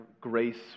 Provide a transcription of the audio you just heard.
grace